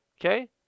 Okay